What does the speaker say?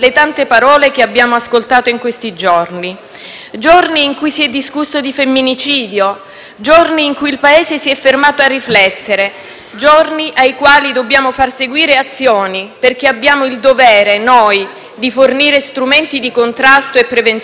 Giorni in cui si è discusso di femminicidio, in cui il Paese si è fermato a riflettere; giorni ai quali dobbiamo far seguire azioni, perché abbiamo il dovere di fornire strumenti di contrasto e prevenzione che non restino esclusivamente *slogan*.